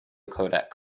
codec